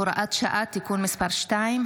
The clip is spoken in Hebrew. (הוראת שעה) (תיקון מס' 2),